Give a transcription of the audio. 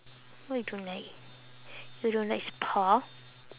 why you don't like you don't like spa